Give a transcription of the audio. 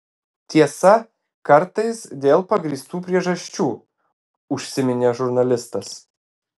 tiesa kartais dėl pagrįstų priežasčių užsiminė žurnalistas